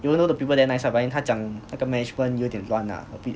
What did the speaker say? even though the people there nice ah but then 他讲那个 management 有点乱啊 a bit